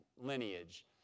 lineage